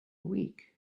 week